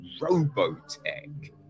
robotech